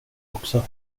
också